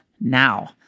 now